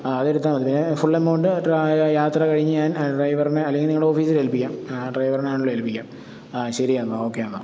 ആ അതെടുത്താല് മതി പിന്നെ ഫുൾ എമൗണ്ട് എത്രയാ യാത്ര കഴിഞ്ഞ് ഞാൻ ഡ്രൈവറിനെ അല്ലങ്കിൽ നിങ്ങളുടെ ഓഫീസിൽ ഏൽപ്പിക്കാം ഡ്രൈവറിനെ ആണേലും ഏൽപ്പിക്കാം ആ ശരിയെന്നാ ഓക്കേ എന്നാല്